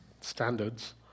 standards